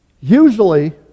Usually